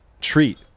treat